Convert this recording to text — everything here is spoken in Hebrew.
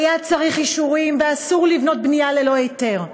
היה צריך אישורים, ואסור לבנות בנייה ללא היתר,